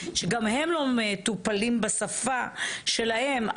שגם הם לא מטופלים בשפה שלהם.